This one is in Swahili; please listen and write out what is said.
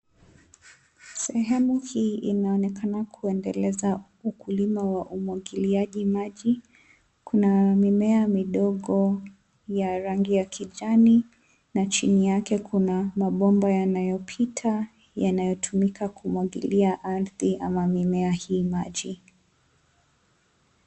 Sehemu hii inaonekana kuendeleza ukulima wa umwagiliaji maji. Kuna mimea midogo ya rangi ya kijani na chini yake kuna mabomba yanayopita, yanayotumika kumwagilia ardhi ama mimea hii maji.